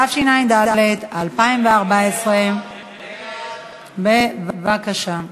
התשע"ד 2014. בבקשה.